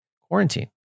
quarantine